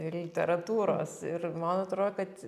literatūros ir man atrodo kad